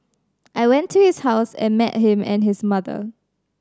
I went to his house and met him and his mother